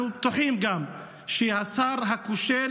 אנחנו גם בטוחים שלשר הכושל